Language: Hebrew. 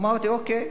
אמרתי: אוקיי,